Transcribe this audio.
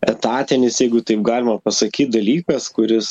etatinis jeigu taip galima pasakyt dalykas kuris